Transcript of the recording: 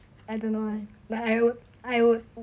I don't know leh but I would I would